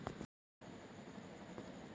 Cards ఎన్ని రకాలు అందుబాటులో ఉన్నయి?